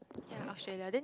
yeah Australia then